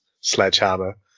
sledgehammer